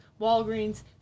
walgreens